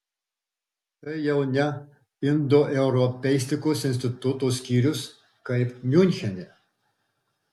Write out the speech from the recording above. tai jau ne indoeuropeistikos instituto skyrius kaip miunchene